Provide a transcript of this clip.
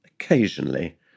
Occasionally